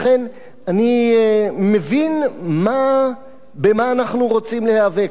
לכן אני מבין במה אנחנו רוצים להיאבק,